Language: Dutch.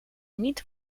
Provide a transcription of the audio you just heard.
niet